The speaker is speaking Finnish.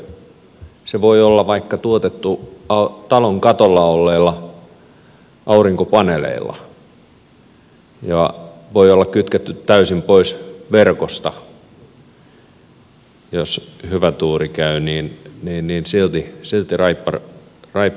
voihan se sähkö olla vaikka tuotettu talon katolla olleilla aurinkopaneeleilla ja voi olla kytketty täysin pois verkosta jos hyvä tuuri käy ja silti raippa soi